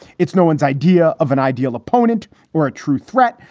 it's no one's idea of an ideal opponent or a true threat.